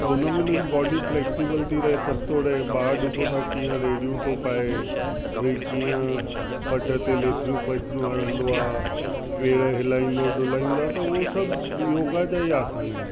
त उन में मेरी ॿॉडी फ्लेक्सिबल थी रहे सभु थो रहे ॿार ॾिसो था कीअं रेड़ियूं थो पाए विही कीअं पट ते लेथणियूं पेथणियूं हणंदो आहे पेरु हिलाईंदो डुलाईंदो आहे त उहो सभु योगा जा ई आसन आहिनि